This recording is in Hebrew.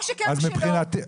או שכן, או שלא.